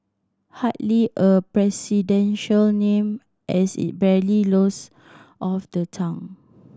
hardly a presidential name as it barely rolls off the tongue